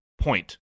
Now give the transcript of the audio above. point